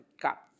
got